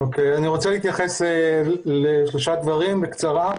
רוצה להתייחס לשלושה דברים בקצרה.